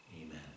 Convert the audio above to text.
Amen